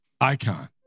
icon